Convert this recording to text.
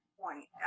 point